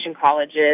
colleges